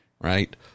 right